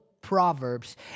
proverbs